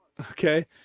okay